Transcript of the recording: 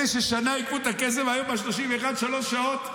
אלה ששנה עיכבו את הכסף, ביום ה-31, שלוש שעות.